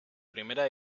primera